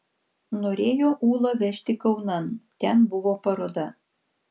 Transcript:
norėjo ūlą vežti kaunan ten buvo paroda